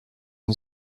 une